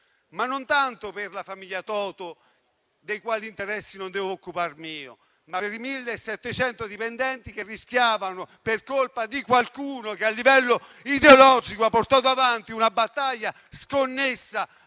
non tanto per la famiglia Toto, dei cui interessi non devo occuparmi io, ma per i 1.700 dipendenti che, per colpa di qualcuno che, a livello ideologico, ha portato avanti una battaglia sconnessa